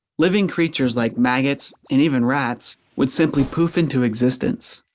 living creatures like maggots and even rats would simply poof into existence.